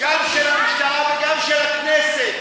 גם של המשטרה וגם של הכנסת.